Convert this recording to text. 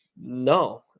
No